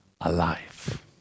alive